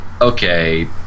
okay